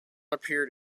appeared